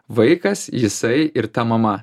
vaikas jisai ir ta mama